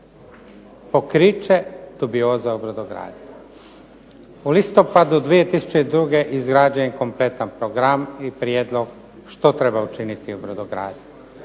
pokriće dubioza u brodogradnji. U listopadu 2002. izgrađen je kompletan program i prijedlog što treba učiniti u brodogradnji.